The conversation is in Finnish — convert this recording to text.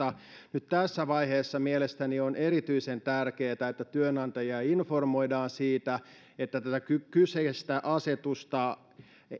tässä vaiheessa mielestäni on erityisen tärkeää että työnantajia informoidaan siitä että tätä kyseistä asetusta